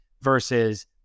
versus